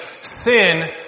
sin